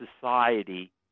society